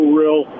real